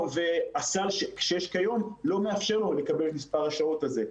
והסל שיש כיום לא מאפשר לו לקבל את מספר השעות הזה.